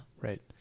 Right